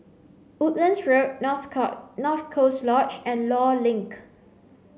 woodlands Road North North Coast Lodge and Law Link